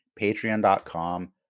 patreon.com